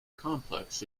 complex